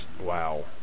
Wow